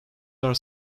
are